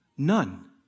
None